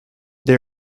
they